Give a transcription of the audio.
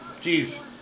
Jeez